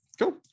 Cool